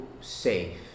safe